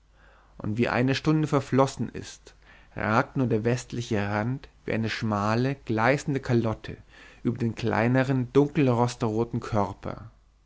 und wie eine stunde verflossen ist ragt nur der westliche rand wie eine schmale gleißende kalotte über den kleineren dunkelrostroten körper